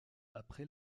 après